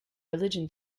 religion